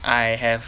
I have